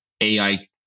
AI